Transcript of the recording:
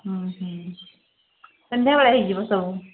ହଁ ହଁ ସନ୍ଧ୍ୟାବେଳେ ହୋଇଯିବ ସବୁ